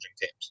teams